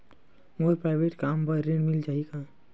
मोर private कम बर ऋण मिल जाही का?